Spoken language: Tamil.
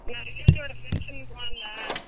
நான் ரிலேட்டிவோடய ஃபங்க்ஷனுக்கு போயிருந்தேன்